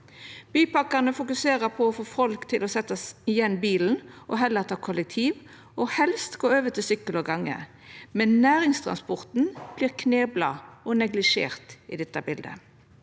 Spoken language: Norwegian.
Bypakkane fokuserer på å få folk til å setja igjen bilen og heller ta kollektiv, og helst gå over til sykkel og gonge – men næringstransporten vert knebla og neglisjert i dette biletet.